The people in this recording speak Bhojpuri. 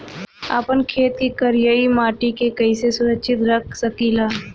आपन खेत के करियाई माटी के कइसे सुरक्षित रख सकी ला?